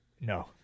No